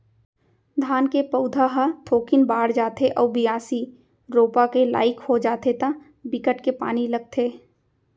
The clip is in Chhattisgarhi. धान के पउधा ह थोकिन बाड़ जाथे अउ बियासी, रोपा के लाइक हो जाथे त बिकट के पानी लगथे